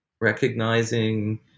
recognizing